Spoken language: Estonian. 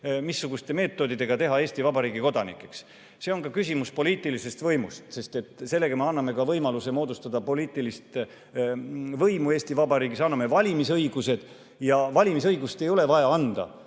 missuguste meetoditega teha Eesti Vabariigi kodanikeks. See on küsimus poliitilisest võimust, sest sellega me anname võimaluse moodustada poliitilist võimu Eesti Vabariigis ja anname ka valimisõiguse. Aga valimisõigust ei ole vaja anda